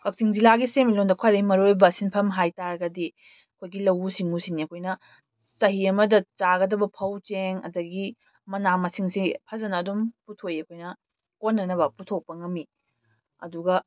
ꯀꯛꯆꯤꯡ ꯖꯤꯂꯥꯒꯤ ꯁꯤꯟꯃꯤꯠꯂꯣꯟꯗ ꯈ꯭ꯋꯥꯏꯗꯒꯤ ꯃꯔꯨ ꯑꯣꯏꯕ ꯁꯤꯟꯐꯝ ꯍꯥꯏꯇꯥꯔꯒꯗꯤ ꯑꯩꯈꯣꯏꯒꯤ ꯂꯧꯎ ꯁꯤꯡꯎ ꯁꯤꯅꯤ ꯑꯩꯈꯣꯏꯅ ꯆꯍꯤ ꯑꯃꯗ ꯆꯥꯒꯗꯕ ꯐꯧ ꯆꯦꯡ ꯑꯗꯒꯤ ꯃꯅꯥ ꯃꯁꯤꯡꯁꯤ ꯐꯖꯅ ꯑꯗꯨꯝ ꯄꯨꯊꯣꯛꯏ ꯑꯩꯈꯣꯏꯅ ꯀꯣꯟꯅꯅꯕ ꯄꯨꯊꯣꯛꯄ ꯉꯝꯃꯤ ꯑꯗꯨꯒ